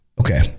okay